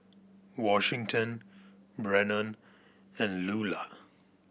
Washington Brennon and Luella